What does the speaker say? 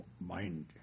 mind